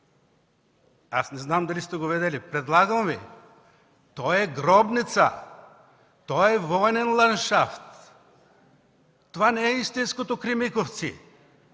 аз не знам дали сте го видели, предлагам Ви, то е гробница! Той е военен ландшафт. Това не е истинското „Кремиковци”.